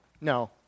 No